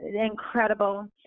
incredible